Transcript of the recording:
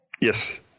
Yes